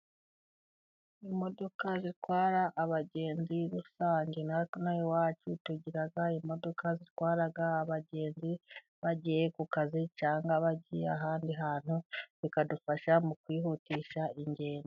Imodoka zitwara abagenzi rusange natwe inaha iwacu tugira imodoka zitwaraga abagenzi, bagiye ku kazi cyangwa bagiye ahandi hantu, bikadufasha mu kwihutisha ingendo.